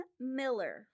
Miller